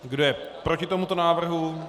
Kdo je proti tomuto návrhu?